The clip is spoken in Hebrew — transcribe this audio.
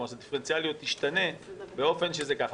כלומר הדיפרנציאליות תשתנה באופן כזה.